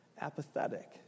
apathetic